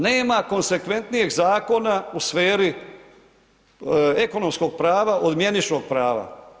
Nema konsekventnijeg zakona u sferi ekonomskog prava od mjeničnog prava.